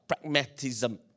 pragmatism